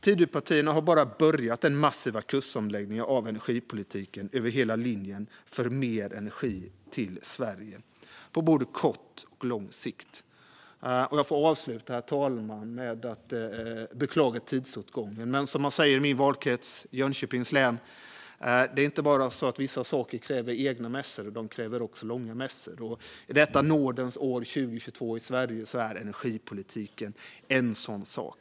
Tidöpartierna har bara påbörjat den massiva kursomläggningen av energipolitiken över hela linjen för mer energi till Sverige - på både kort och lång sikt. Jag får avsluta med att beklaga tidsåtgången, herr talman. Men som man säger i min valkrets Jönköpings län: Det är inte bara så att vissa saker kräver egna mässor. De kräver också långa mässor. I detta nådens år 2022 i Sverige är energipolitiken en sådan sak.